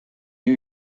new